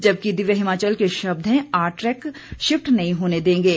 जबकि दिव्य हिमाचल के शब्द हैं आरट्रैक शिफ्ट नहीं होने देंगे